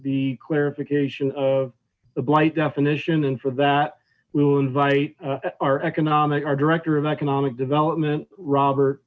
the clarification of the blight definition and for that we will invite our economic our director of economic development robert